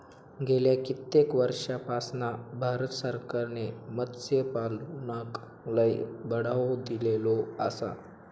गेल्या कित्येक वर्षापासना भारत सरकारने मत्स्यपालनाक लय बढावो दिलेलो आसा